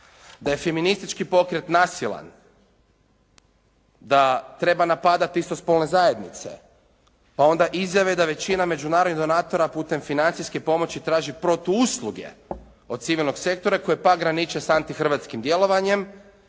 Da je feministički pokret nasilan, da trema napadati istospolne zajednice, pa onda izjave da većina međunarodnih donatora putem financijske pomoći traži protuusluge od civilnog sektora koje pak graniče s antihrvatskim djelovanjem,